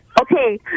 okay